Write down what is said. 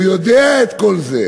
הוא יודע את כל זה,